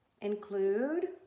include